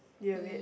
do you have it